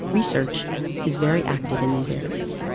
research is very active in these areas.